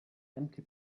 empty